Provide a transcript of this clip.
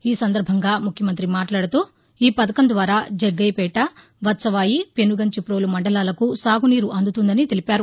ఈ సందర్బంగా ముఖ్యమంతి మాట్లాడుతూ ఈపథకం ద్వారా జగ్గయ్యపేట వత్సవాయి పెనుగంచిప్రోలు మండలాలకు సాగునీరు అందుతుందని తెలిపారు